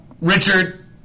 Richard